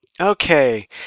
Okay